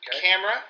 camera